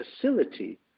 facility